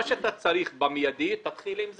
מה שאתה צריך במידי תתחיל עם זה.